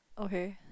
okay